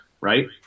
right